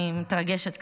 אני מתרגשת קצת.